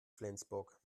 flensburg